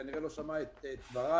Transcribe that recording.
הוא כנראה לא שמע את דבריי.